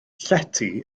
llety